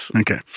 Okay